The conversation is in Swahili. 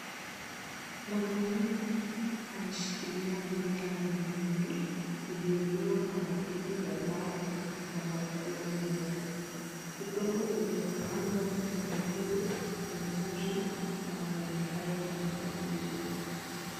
Mwanaume ameshikilia mmea wa mahindi ulioliwa na wadudu wabaya wanaokula mimea, udongo uliopandwa mahindi huu ni mzuri na mahindi haya yamepaliliwa.